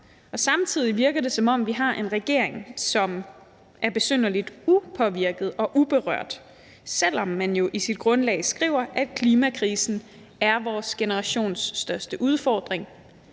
samtidig virker det, som om vi har en regering, som er besynderlig upåvirket og uberørt, selv om man jo i sit grundlag skriver, at klimakrisen er vores generations største udfordring.